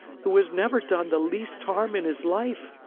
who has never done the least harm in his life.